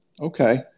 okay